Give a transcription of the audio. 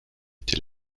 était